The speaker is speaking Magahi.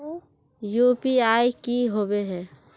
यु.पी.आई की होबे है?